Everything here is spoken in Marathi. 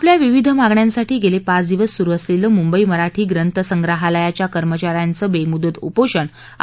आपल्या विविध मागण्यांसाठी गेले पाच दिवस सुरु असलेलं मुंबई मराठी ग्रंथसंग्रहालयाच्या कर्मचा यांचं बेमुदत उपोषण आज स्थगित करण्यात आलं